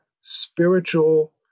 spiritual